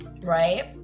right